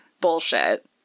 bullshit